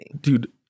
Dude